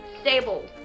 stable